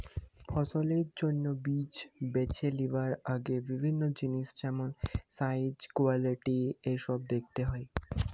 ফসলের জন্যে বীজ বেছে লিবার আগে বিভিন্ন জিনিস যেমন সাইজ, কোয়ালিটি এসোব দেখতে হয়